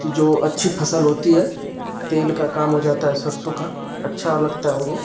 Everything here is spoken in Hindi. कि जो अच्छी फसल होती है तेल का काम हो जाता है सरसों का अच्छा लगता है वो